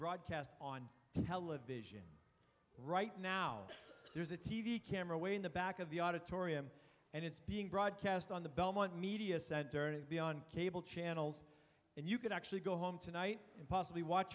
broadcast on television right now there's a t v camera way in the back of the auditorium and it's being broadcast on the belmont media center to be on cable channels and you can actually go home tonight and possibly watch